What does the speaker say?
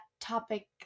topic